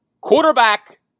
Quarterback